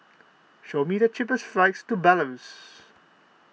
show me the cheapest flights to Belarus